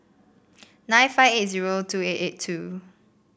six five eight zero two eight eight two